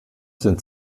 sind